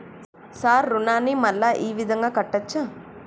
Sir రుణాన్ని మళ్ళా ఈ విధంగా కట్టచ్చా?